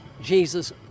Jesus